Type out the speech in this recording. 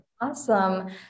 Awesome